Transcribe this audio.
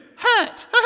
Hurt